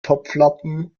topflappen